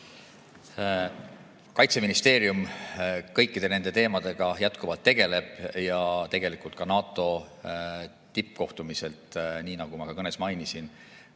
Kaitseministeerium kõikide nende teemadega jätkuvalt tegeleb ja tegelikult on NATO tippkohtumisel, nii nagu ma oma kõnes mainisin,